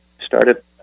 started